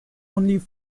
only